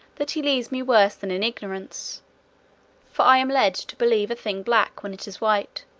that he leaves me worse than in ignorance for i am led to believe a thing black, when it is white,